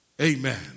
amen